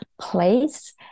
place